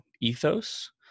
ethos